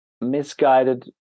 misguided